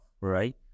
right